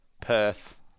Perth